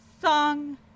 song